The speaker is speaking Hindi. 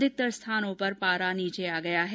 अधिकतर स्थानों पर पारा नीचे आ गया है